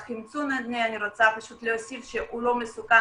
אני רוצה להוסיף שהחימצון לא מסוכן